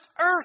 earth